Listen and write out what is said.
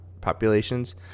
populations